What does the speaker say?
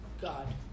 God